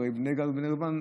הרי בני גד ובני ראובן,